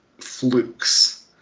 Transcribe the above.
flukes